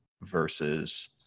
versus